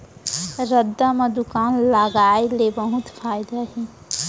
रद्दा म दुकान लगाय ले बहुत फायदा हे